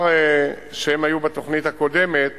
הם היו בתוכניות הקודמת